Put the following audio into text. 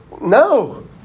No